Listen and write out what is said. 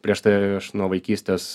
prieš tai aš nuo vaikystės